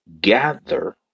gather